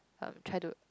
um try to